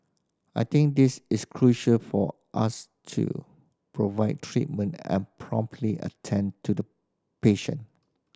I think this is crucial for us to provide treatment and promptly attend to the patient